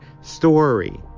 story